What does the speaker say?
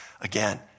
Again